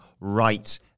right